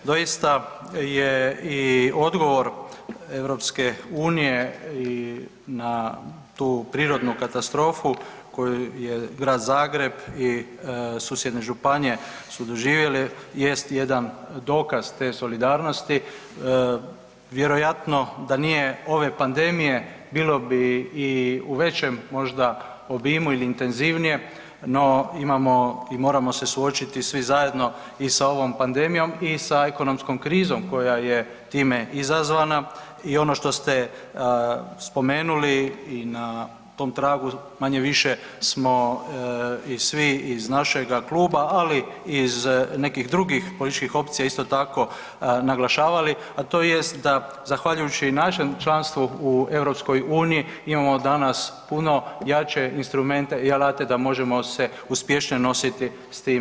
Doista je i odgovor EU-a i na tu prirodnu katastrofu koju je grad Zagreb i susjedne županije su doživjele, jest jedan dokaz te solidarnosti, vjerovatno da nije ove pandemije, bilo bi i u većem možda obimu i intenzivnije, no imamo i moramo se suočiti svi zajedno i sa ovom pandemijom i sa ekonomskom krizom koja je time izazvana i ono što ste spomenuli i na tom tragu manje-više smo i svi iz našega kluba ali i iz nekih drugih političkih opcija, isto tako naglašavali a to jest da zahvaljujući našem članstvu u EU, imamo danas puno jače instrumente i alate da možemo se uspješnije nositi s tim izazovima.